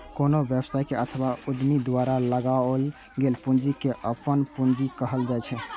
कोनो व्यवसायी अथवा उद्यमी द्वारा लगाओल गेल पूंजी कें अपन पूंजी कहल जाइ छै